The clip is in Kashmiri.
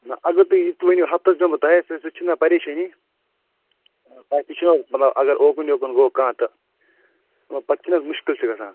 نَہ اگر تۄہہِ یہِ تہِ ؤنِو ہفتس بیٚہمہٕ بہٕ تۄہے سۭتۍ سُہ تہِ چھِنہٕ مےٚ پریشٲنی تۄہہِ تہِ چھُو حظ مطلب اگر اوٗکُن یوٗکُن گوٚو کانٛہہ تہٕ پتہٕ چھِنَہ حظ مُشکِل چھُ گَژھان